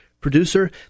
producer